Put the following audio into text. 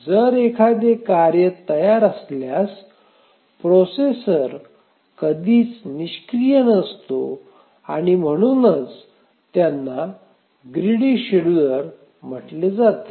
जर एखादे कार्य तयार असल्यास प्रोसेसर कधीच निष्क्रिय नसतो आणि म्हणूनच त्यांना ग्रिडी शेड्यूलर म्हटले जाते